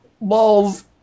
balls